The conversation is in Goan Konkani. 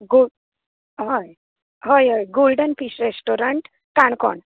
गूड होय होय होय गोल्डन फिश रेस्टोरंट काणकोण